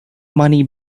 money